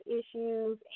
issues